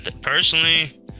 personally